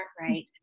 right